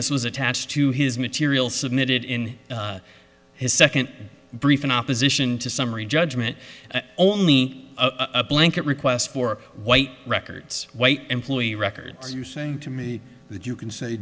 this was attached to his material submitted in his second brief in opposition to summary judgment only a blanket request for white records white employee records you saying to me that you can say